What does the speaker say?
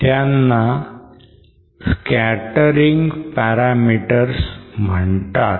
त्यांना scattering parameters म्हणतात